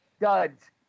Duds